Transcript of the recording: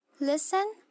Listen